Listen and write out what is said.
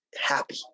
happy